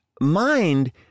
mind